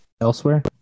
elsewhere